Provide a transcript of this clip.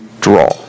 draw